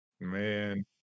Man